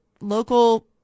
local